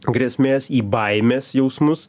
grėsmės į baimės jausmus